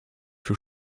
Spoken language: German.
für